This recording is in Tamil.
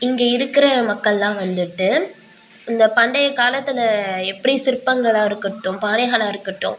இங்கே இருக்கிற மக்களெலாம் வந்துட்டு இந்த பண்டையக் காலத்தில் எப்படி சிற்பங்களாக இருக்கட்டும் பாறைகளாக இருக்கட்டும்